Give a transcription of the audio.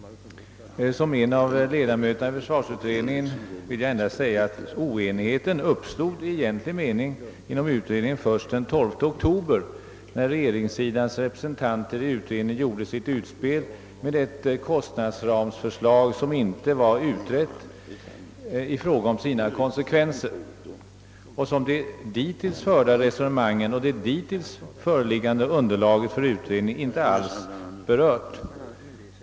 Som en av ledamöterna i försvarsutredningen vill jag endast säga att oenighet i egentlig mening inom utredningen uppstod först den 12 oktober, när regeringssidans representanter i utredningen gjorde sitt utspel med ett kostnadsramsförslag som inte var utrett i fråga om sina konsekvenser och som de dittills förda resonemangen och det dittills föreliggande underlaget för utredningen inte alls berört.